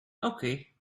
okay